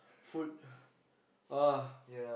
food !wah!